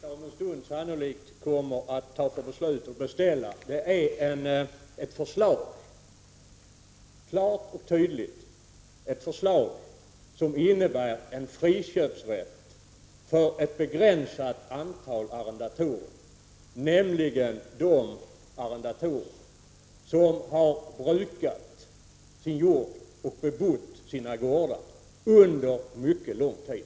Herr talman! Det som Sveriges riksdag om en stund kommer att fatta beslut om är att beställa ett förslag som klart och tydligt innebär en friköpsrätt för ett begränsat antal arrendatorer, nämligen de arrendatorer som har brukat sin jord och bebott sina gårdar under mycket lång tid.